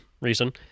Reason